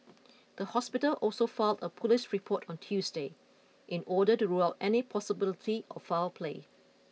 the hospital also filed a police report on Tuesday in order to rule out any possibility of foul play